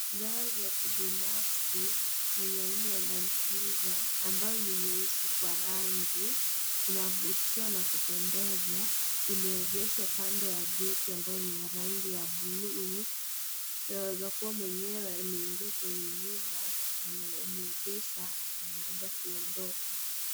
Gari ya kibinafsi yenye aina ya(cs) Landcruiser(cs) ambayo ni nyeusi kwa rangi inavutia na kupendeza, imeegeshwa kando ya geti ambayo ni ya rangi ya bluu yaweza kuwa mwenyewe ameingia kwenye nyumba ameegesha anangoja kuondoka.